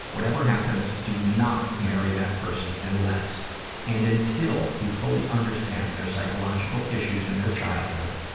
whatever happens, do not marry that person unless and until you fully understand their psychological issues and their childhood,